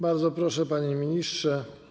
Bardzo proszę, panie ministrze.